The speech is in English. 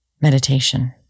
meditation